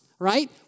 right